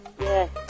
Yes